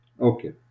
Okay